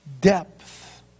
depth